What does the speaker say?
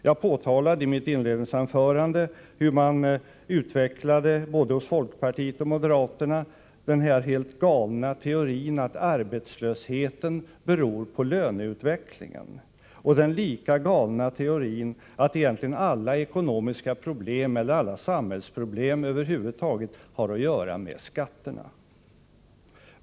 Jag påtalade i mitt inledningsanförande hur folkpartiet och moderaterna utvecklade den helt galna teorin att arbetslösheten beror på löneutvecklingen och den lika galna teorin att egentligen alla ekonomiska problem eller alla samhällsproblem över huvud taget har att göra med skatterna.